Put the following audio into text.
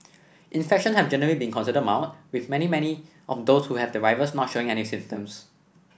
infection have generally been considered mild with many many of those who have the virus not showing any symptoms